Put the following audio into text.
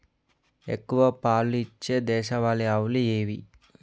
ఎక్కువ పాలు ఇచ్చే దేశవాళీ ఆవులు ఏవి?